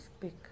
speak